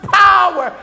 power